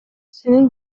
сенин